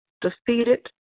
defeated